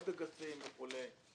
עוד אגסים וכולי.